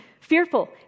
fearful